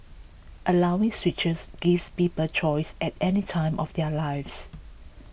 allowing switches gives people choice at any time of their lives